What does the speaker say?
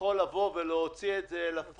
יכול להוציא את זה לפועל.